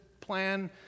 plan